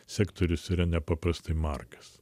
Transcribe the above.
sektorius yra nepaprastai margas